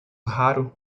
raro